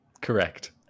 correct